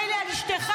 מילא על אשתך,